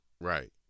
Right